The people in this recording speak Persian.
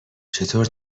چطور